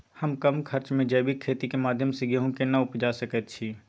हम कम खर्च में जैविक खेती के माध्यम से गेहूं केना उपजा सकेत छी?